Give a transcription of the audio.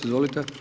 Izvolite.